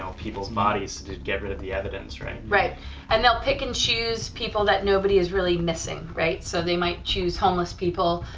people's bodies to get rid of the evidence right? right and they'll pick and choose people that nobody is really missing right, so they might choose homeless people,